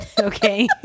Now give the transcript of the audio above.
Okay